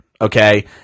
okay